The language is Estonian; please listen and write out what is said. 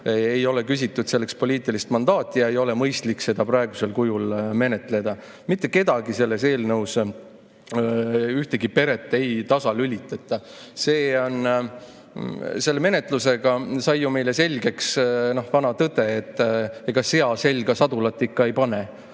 ei ole küsitud selleks poliitilist mandaati ja ei ole mõistlik seda praegusel kujul menetleda. Mitte kedagi, ühtegi peret selle eelnõuga ei tasalülitata. Selle menetlusega sai ju meile selgeks vana tõde, et ega sea selga sadulat ikka ei pane.